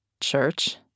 Church